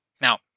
Now